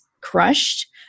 crushed